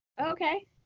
Okay